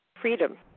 freedom